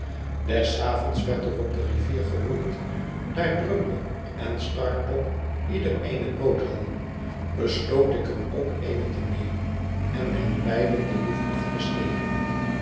des avonds werd er op de rivier geroeid daar drummle en startop ieder eene boot hadden besloot ik er ook eene te nemen en hen beiden de loef af te steken